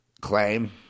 claim